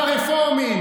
הגיור,